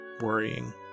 worrying